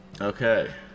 Okay